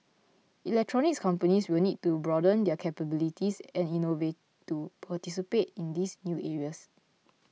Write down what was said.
electronics companies will need to broaden their capabilities and innovate to participate in these new areas